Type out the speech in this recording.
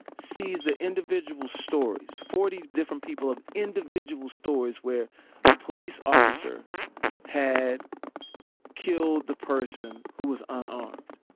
sees the individual stories forty different people of individual stories where a police officer had killed the person who was unarmed.